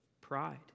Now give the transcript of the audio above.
pride